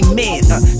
men